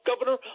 governor